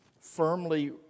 firmly